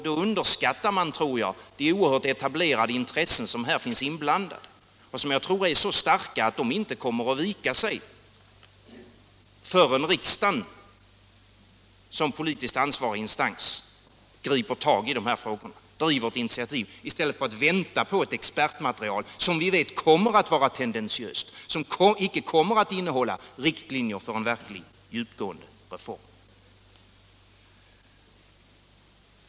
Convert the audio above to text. Då underskattar man de oerhört etablerade intressen som här finns inblandade och som jag tror är så starka, att de inte kommer att vika sig förrän riksdagen, som politiskt ansvarig instans, griper tag i dessa frågor, driver ett initiativ, i stället för att vänta på ett expertmaterial som vi vet kommer att vara tendentiöst, som icke kommer att innehålla riktlinjer för en verkligt djupgående reform.